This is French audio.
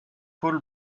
paul